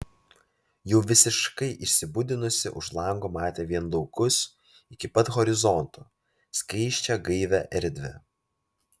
jau visiškai išsibudinusi už lango matė vien laukus iki pat horizonto skaisčią gaivią erdvę